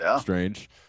Strange